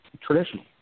traditional